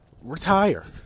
retire